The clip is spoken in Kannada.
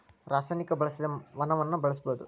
ರಸಾಯನಿಕ ಬಳಸದೆ ವನವನ್ನ ಬೆಳಸುದು